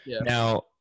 Now